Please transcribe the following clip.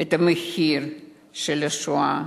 את המחיר של השואה.